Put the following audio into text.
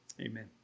Amen